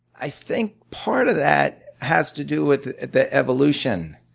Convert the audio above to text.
i think part of that has to do with the evolution